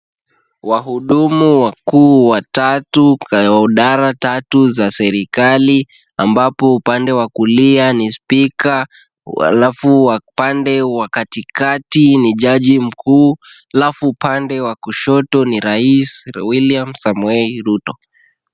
Wahudumu wakuu watatu kwa idara tatu za serikali , ambapo upande wa kulia ni speaker (cs), alafu wa pande wa katikati ni jaji mkuu alafu upande wa kushoto ni Raisi William Samoei Ruto .